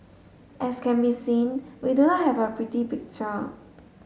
as can be seen we do not have a pretty picture